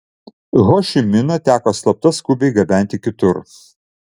ho ši miną teko slapta skubiai gabenti kitur